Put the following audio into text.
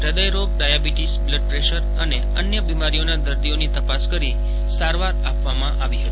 હૃદયરોગ diabetes blood pressure અને અન્ય બીમારીના દર્દીઓની તપાસ કરી સારવાર આપવામાં આવી હતી